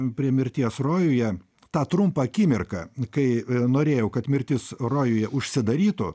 prie mirties rojuje tą trumpą akimirką kai norėjau kad mirtis rojuje užsidarytų